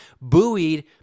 buoyed